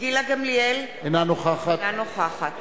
גילה גמליאל, אינה נוכחת